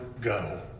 go